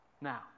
Now